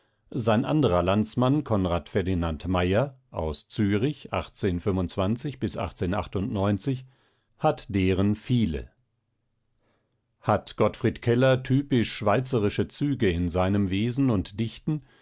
sein anderer landsmann c f meyer aus zürich hat deren viele hat gottfried keller typisch schweizerische züge in seinem wesen und dichten